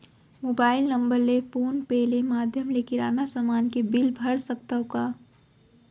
Mobile number ले phone पे ले माधयम ले किराना समान के बिल भर सकथव का?